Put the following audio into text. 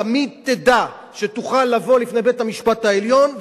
תמיד תדע שתוכל לבוא לפני בית-המשפט העליון,